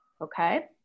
Okay